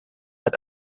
site